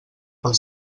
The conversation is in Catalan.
pel